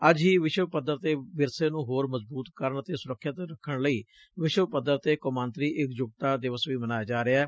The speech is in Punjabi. ਅੱਜ ਹੀ ਵਿਸ਼ਵ ਪੱਧਰ ਤੇ ਵਿਰਸੇ ਨੂੰ ਹੋਰ ਮਜ਼ਬੂਤ ਕਰਨ ਅਤੇ ਸੁਰੱਖਿਅਤ ਰੱਖਣ ਲਈ ਵਿਸ਼ਵ ਪੱਧਰ ਤੇ ਕੌਮਾਂਤਰੀ ਇਕਜੁੱਟਤਾ ਦਿਵਸ ਵੀ ਮਨਾਇਆ ਜਾ ਰਿਹੈ